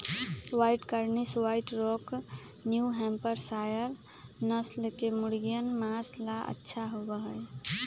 white Cornish, white rock, New Hampshire नस्ल के मुर्गियन माँस ला अच्छा होबा हई